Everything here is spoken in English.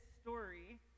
story